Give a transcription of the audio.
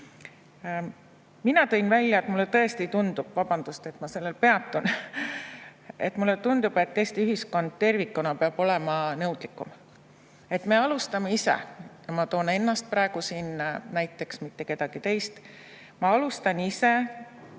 Mina tõin välja, mulle tõesti tundub – vabandust, et ma sellel peatun –, et Eesti ühiskond tervikuna peab olema nõudlikum. Me alustame ise – ma toon ennast praegu siin näiteks, mitte kedagi teist –, ma alustan ise